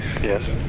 Yes